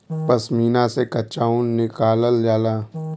पश्मीना से कच्चा ऊन निकालल जाला